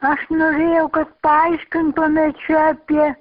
aš norėjau kad paaiškintumėt čia apie